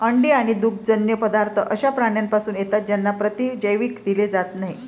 अंडी आणि दुग्धजन्य पदार्थ अशा प्राण्यांपासून येतात ज्यांना प्रतिजैविक दिले जात नाहीत